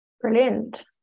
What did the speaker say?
Brilliant